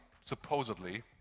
supposedly